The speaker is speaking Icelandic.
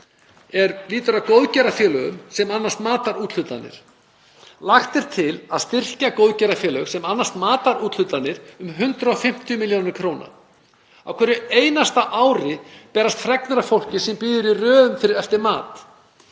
Hún lýtur að góðgerðarfélögum sem annast matarúthlutanir. Lagt er til að styrkja góðgerðarfélög sem annast matarúthlutanir um 150 millj. kr. Á hverju einasta ári berast fregnir um fólk sem bíður í röðum eftir mat.